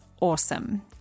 awesome